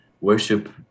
worship